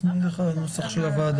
אז נלך עליו.